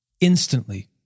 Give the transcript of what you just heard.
Instantly